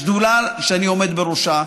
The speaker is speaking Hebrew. בשדולה שאני עומד בראשה,